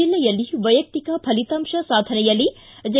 ಜಿಲ್ಲೆಯಲ್ಲಿ ವೈಯಕ್ತಿಕ ಫಲಿತಾಂಶ ಸಾಧನೆಯಲ್ಲಿ ಜೆ